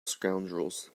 scoundrels